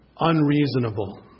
unreasonable